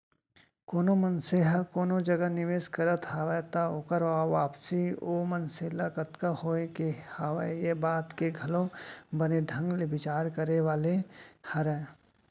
कोनो मनसे ह कोनो जगह निवेस करत हवय त ओकर वापसी ओ मनसे ल कतका होय के हवय ये बात के घलौ बने ढंग ले बिचार करे वाले हरय